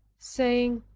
saying,